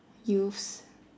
youths